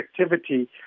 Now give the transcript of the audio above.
activity